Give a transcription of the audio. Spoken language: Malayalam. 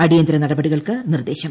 അടിയന്തരനടപടികൾക്ക് നിർദേശം